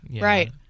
right